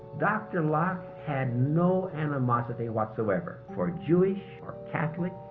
doctor locke had no animosity whatsoever for jewish, or catholic,